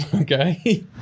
Okay